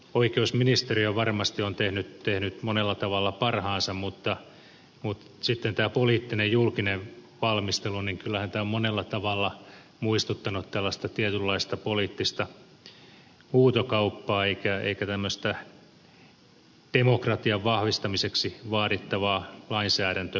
oikeusministeriö varmasti on tehnyt monella tavalla parhaansa mutta tämä poliittinen julkinen valmistelu on kyllä monella tavalla muistuttanut tietynlaista poliittista huutokauppaa eikä demokratian vahvistamiseksi vaadittavaa lainsäädäntötyötä